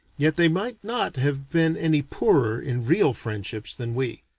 yet they might not have been any poorer in real friendships than we.